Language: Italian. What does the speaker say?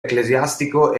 ecclesiastico